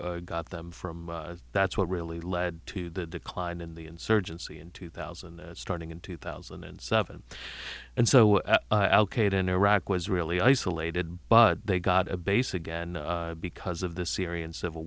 that got them from that's what really led to the decline in the insurgency in two thousand and starting in two thousand and seven and so al qaeda in iraq was really isolated but they got a base again because of the syrian civil